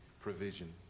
provision